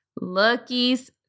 Lucky's